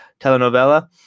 telenovela